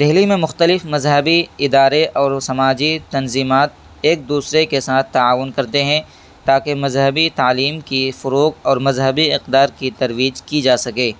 دہلی میں مختلف مذہبی ادارے اور سماجی تنظیمات ایک دوسرے کے ساتھ تعاون کرتے ہیں تاکہ مذہبی تعلیم کی فروغ اور مذہبی اقدار کی ترویج کی جا سکے